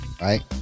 right